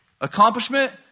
accomplishment